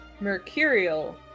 Mercurial